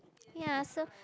ya so